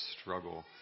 struggle